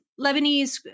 Lebanese